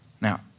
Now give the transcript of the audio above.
Now